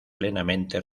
plenamente